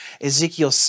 Ezekiel